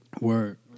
Word